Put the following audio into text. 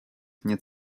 nie